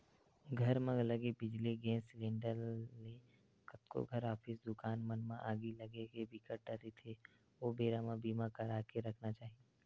घर म लगे बिजली, गेस सिलेंडर ले कतको घर, ऑफिस, दुकान मन म आगी लगे के बिकट डर रहिथे ओ बेरा बर बीमा करा के रखना चाही